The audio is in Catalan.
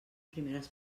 primeres